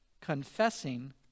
confessing